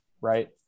right